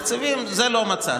תקציבים, את זה לא מצאתי.